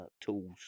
tools